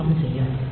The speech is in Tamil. டி ஆன் செய்யும்